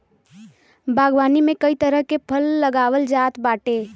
बागवानी में कई तरह के फल लगावल जात बाटे